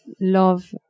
love